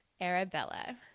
Arabella